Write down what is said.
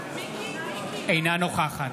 אינה נוכחת